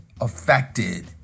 affected